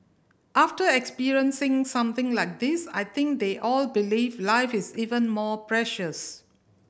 after experiencing something like this I think they all believe life is even more precious